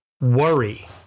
worry